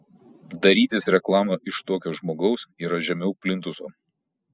darytis reklamą iš tokio žmogaus yra žemiau plintuso